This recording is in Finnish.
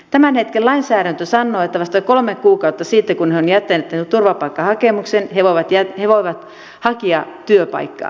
tämän hetken lainsäädäntö sanoo että vasta kolme kuukautta siitä kun he ovat jättäneet turvapaikkahakemuksen he voivat hakea työpaikkaa